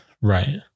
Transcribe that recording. right